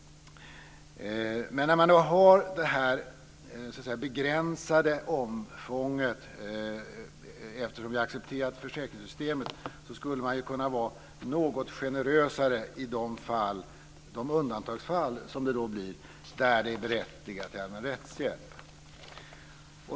När man nu har det här begränsade omfånget, eftersom det är accepterat i försäkringssystemet, skulle man kunna vara något generösare i de undantagsfall, som det då blir, där det är berättigat med allmän rättshjälp.